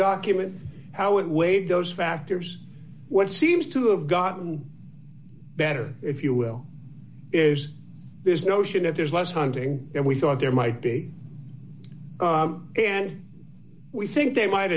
document how it weighed those factors what seems to have gotten better if you will is this notion that there's less funding and we thought there might be and we think they might